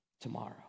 tomorrow